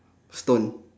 stone